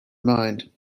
mind